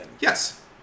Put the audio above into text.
Yes